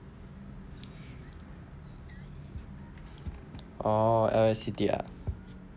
oh L_S_C_T ah